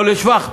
לא לשבח,